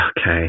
okay